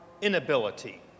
inability